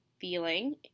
feeling